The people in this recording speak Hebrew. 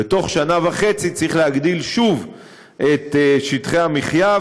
ובתוך שנה וחצי צריך להגדיל שוב את שטחי המחיה,